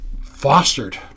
fostered